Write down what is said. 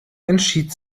entschied